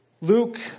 Luke